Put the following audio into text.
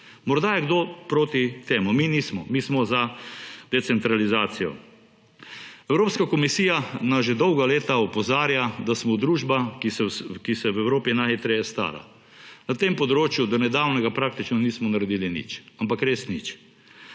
Morda je kdo proti temu, mi nismo, mi so za decentralizacijo. Evropska komisija nas že dolga leta opozarja, da smo družba, ki se v Evropi najhitreje stara. Na tem področju do nedavnega nismo naredili praktično nič, ampak res nič.